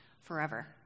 forever